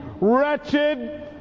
wretched